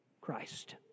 Christ